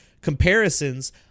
comparisons